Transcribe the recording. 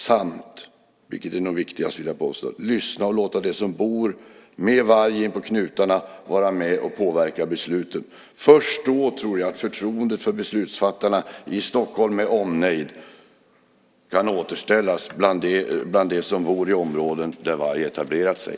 Vi måste också, och det är det viktigaste, lyssna och låta dem som bor med varg inpå knutarna vara med och påverka besluten. Först då tror jag att förtroendet för beslutsfattarna i Stockholm med omnejd kan återställas bland dem som bor i områden där varg har etablerat sig.